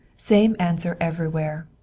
same answer everywhere.